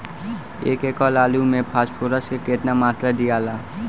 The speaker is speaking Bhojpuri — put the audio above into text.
एक एकड़ आलू मे फास्फोरस के केतना मात्रा दियाला?